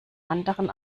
anderen